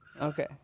okay